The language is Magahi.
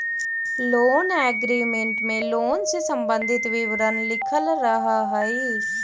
लोन एग्रीमेंट में लोन से संबंधित विवरण लिखल रहऽ हई